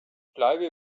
bleibe